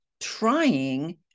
trying